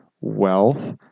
wealth